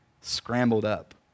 scrambled-up